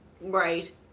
Right